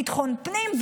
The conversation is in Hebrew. ביטחון פנים,